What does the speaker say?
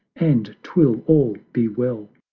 and twill all be well.